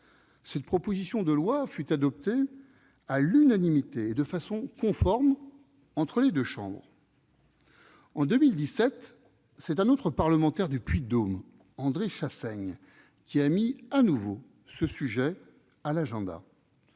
Cette proposition de loi fut adoptée à l'unanimité et de façon conforme entre les deux chambres. En 2017, c'est un autre parlementaire du Puy-de-Dôme, André Chassaigne, qui mit de nouveau ce sujet à l'agenda.